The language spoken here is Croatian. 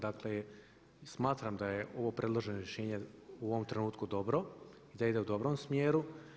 Dakle, smatram da je ovo predloženo rješenje u ovom trenutku dobro i da ide u dobrom smjeru.